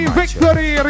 victory